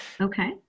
Okay